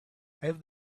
have